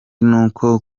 n’uko